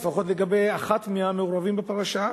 לפחות לגבי אחת מהמעורבים בפרשה,